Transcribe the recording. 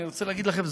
אני רוצה להגיד לכם,